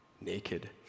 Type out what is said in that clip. naked